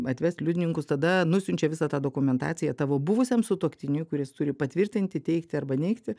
atvest liudininkus tada nusiunčia visą tą dokumentaciją tavo buvusiam sutuoktiniui kuris turi patvirtinti teigti arba neigti